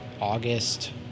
august